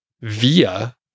via